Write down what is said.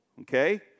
Okay